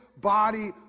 body